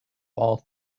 all